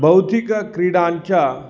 भौतिकक्रीडाञ्च